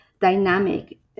dynamic